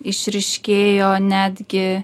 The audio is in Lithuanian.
išryškėjo netgi